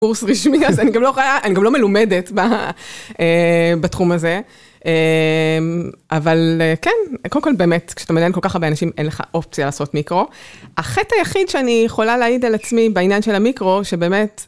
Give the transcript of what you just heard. קורס רשמי, אז אני גם לא מלומדת בתחום הזה. אבל כן, קודם כל באמת, כשאתה מדיין כל כך הרבה אנשים, אין לך אופציה לעשות מיקרו. החטא היחיד שאני יכולה להעיד על עצמי בעניין של המיקרו, שבאמת...